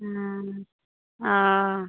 हँ हँ